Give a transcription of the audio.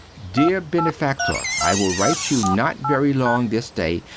dear benefactor, i will write you not very long this day,